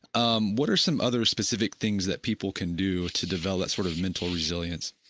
um what are some other specific things that people can do to develop that sort of mental resilience?